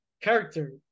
character